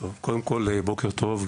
בוקר טוב,